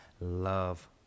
Love